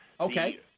Okay